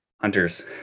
hunters